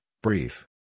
brief